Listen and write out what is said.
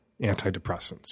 antidepressants